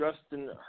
Justin